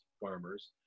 farmers